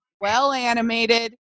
well-animated